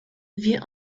wie